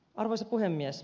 arvoisa puhemies